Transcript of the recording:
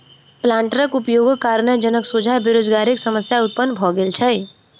प्लांटरक उपयोगक कारणेँ जनक सोझा बेरोजगारीक समस्या उत्पन्न भ गेल छै